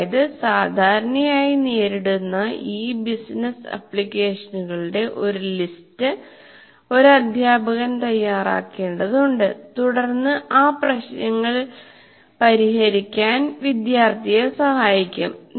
അതായത് സാധാരണയായി നേരിടുന്ന ഈ ബിസിനസ്സ് ആപ്ലിക്കേഷനുകളുടെ ഒരു ലിസ്റ്റ് ഒരു അദ്ധ്യാപകൻ തയ്യാറാക്കേണ്ടതുണ്ട് തുടർന്ന് ആ പ്രശ്നങ്ങൾ പരിഹരിക്കാൻ വിദ്യാർത്ഥിയെ സഹായിക്കും